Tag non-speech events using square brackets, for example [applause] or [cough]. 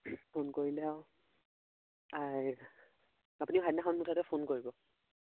phone কৰিলে আৰু [unintelligible] আপুনি সেইদিনাখন মুঠতে ফোন কৰিব